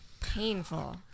painful